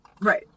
Right